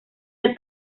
del